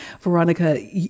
Veronica